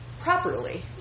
properly